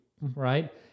Right